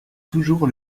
toujours